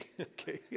Okay